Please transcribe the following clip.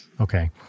okay